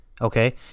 Okay